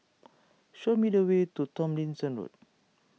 show me the way to Tomlinson Road